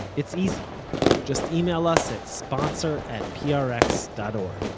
it's easy just email us at sponsor at prx dot o